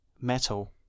metal